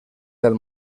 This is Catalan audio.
del